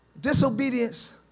Disobedience